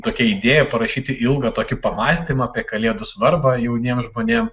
tokia idėja parašyti ilgą tokį pamąstymą apie kalėdų svarbą jauniems žmonėm